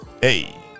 Hey